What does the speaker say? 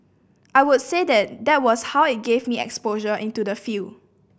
I would say that was how it give me exposure into the field